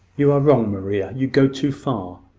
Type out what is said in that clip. you are wrong, maria. you go too far.